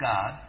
God